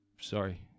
Sorry